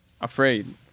afraid